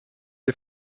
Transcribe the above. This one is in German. die